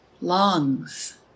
Lungs